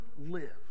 live